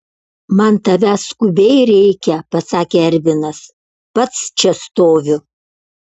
man tavęs skubiai reikia pasakė ervinas pats čia stoviu